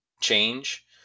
change